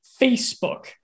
Facebook